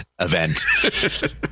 event